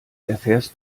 erfährst